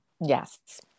Yes